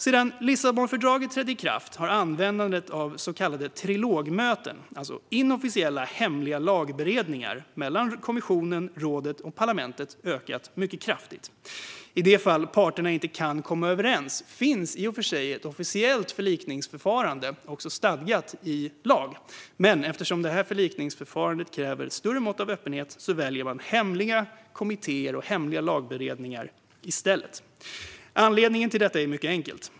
Sedan Lissabonfördraget trädde i kraft har användandet av så kallade trilogmöten - alltså inofficiella, hemliga lagberedningar mellan kommissionen, rådet och parlamentet - ökat mycket kraftigt. I de fall partnerna inte kan komma överens finns i och för sig ett officiellt förlikningsförfarande som också är stadgat i lag, men eftersom förlikningsförfarandet kräver ett större mått av öppenhet väljer man i stället hemliga kommittéer och hemliga lagberedningar. Anledningen till detta är mycket enkel.